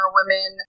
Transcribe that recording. women